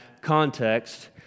context